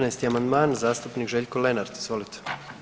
14. amandman, zastupnik Željko Lenart, izvolite.